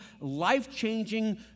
life-changing